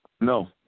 No